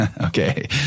Okay